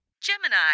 Gemini